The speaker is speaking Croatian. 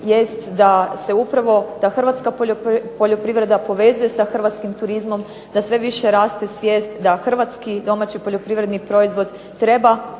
veseli da se Hrvatska poljoprivreda povezuje sa Hrvatskim turizmom da sve više raste svijest da Hrvatski domaći poljoprivredni proizvod treba